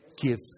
Give